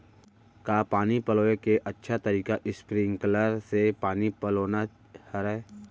का पानी पलोय के अच्छा तरीका स्प्रिंगकलर से पानी पलोना हरय?